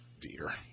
dear